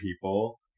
people